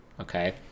Okay